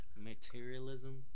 Materialism